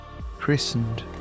christened